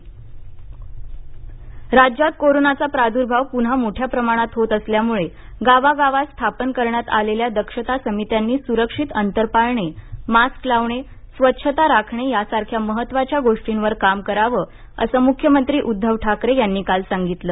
मुख्यमंत्री राज्यात कोरोनाचा प्रादुर्भाव पुन्हा मोठ्या प्रमाणात होत असल्यामुळे गावागावात स्थापन करण्यात आलेल्या दक्षता समित्यांनी सुरक्षित अंतर पाळणे मास्क लावणे स्वच्छता राखणे यासारख्या महत्त्वाच्या गोष्टींवर काम करावं असं मुख्यमंत्री उद्धव ठाकरे यांनी काल सांगितलं